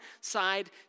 side